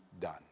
done